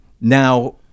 Now